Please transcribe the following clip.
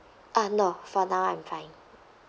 uh no for now I'm fine